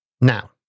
Now